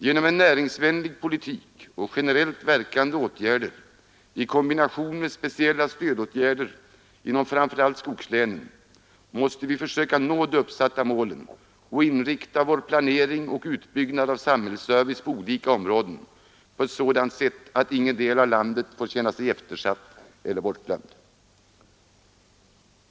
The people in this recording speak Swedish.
Genom en näringsvänlig politik och generellt verkande åtgärder i kombination med speciella stödåtgärder inom framför allt skogslänen måste vi försöka nå de uppsatta målen och inrikta vår planering och utbyggnad av samhällets service på olika områden på sådant sätt att ingen del av landet får känna sig eftersatt eller bortglömd.